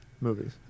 movies